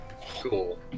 Cool